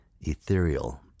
ethereal